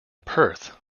perth